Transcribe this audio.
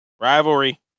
Rivalry